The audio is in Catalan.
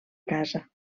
casa